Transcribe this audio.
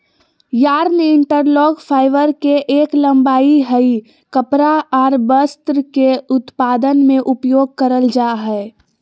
yarn interlock, fibre के एक लंबाई हय कपड़ा आर वस्त्र के उत्पादन में उपयोग करल जा हय